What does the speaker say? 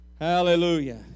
Hallelujah